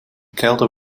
kelder